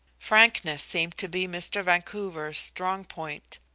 frankness seemed to be mr. vancouver's strong point.